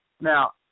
Now